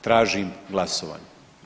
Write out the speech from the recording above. Tražim glasovanje.